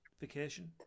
vacation